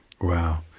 Wow